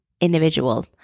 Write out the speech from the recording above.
individual